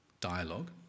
dialogue